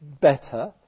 better